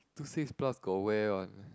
two six plus got where one